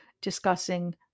discussing